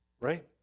right